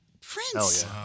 Prince